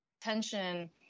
tension